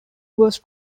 was